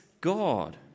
God